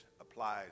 applies